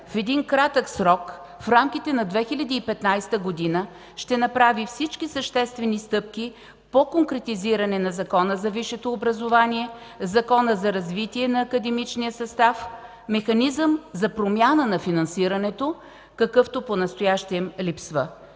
в един кратък срок в рамките на 2015 г. ще направи всички съществени стъпки по конкретизиране на Закона за висшето образование, Закона за развитие на академичния състав, механизъм за промяна на финансирането, какъвто понастоящем липсва”.